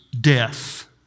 death